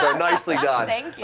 so nicely done.